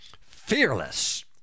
Fearless